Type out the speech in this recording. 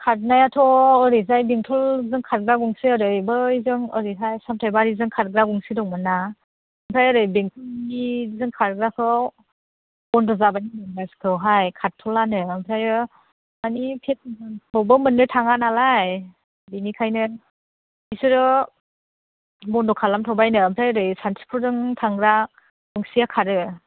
खाथनायाथ' ओरैजाय बेंटलजों खारग्रा गंसे ओरै बैजों ओरैहाय सामथायबारिजों खारग्रा गंसे दंमोन ना आमफ्राय ओरै बेंटलनि जों खारग्राखौ बन्द' जाबाय होनदों बासखौहाय खारथ'लानो ओमफ्राय माने मोननो थाङा नालाय बिनिखायनो बिसोरो बन्द' खालामथ'बायनो ओमफ्राय ओरै सान्तिपुरजों थांग्रा गंसेया खारो